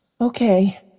Okay